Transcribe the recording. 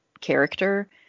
character